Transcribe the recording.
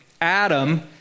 Adam